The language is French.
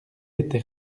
était